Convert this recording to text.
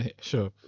sure